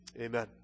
Amen